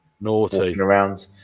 Naughty